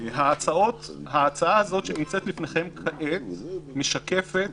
ההצעה שנמצאת בפניכם כעת משקפת